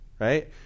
Right